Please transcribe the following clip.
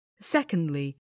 Secondly